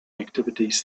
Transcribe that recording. activities